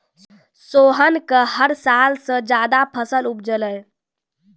सोहन कॅ हर साल स ज्यादा फसल उपजलै